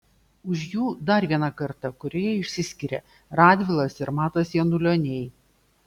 už jų dar viena karta kurioje išsiskiria radvilas ir matas janulioniai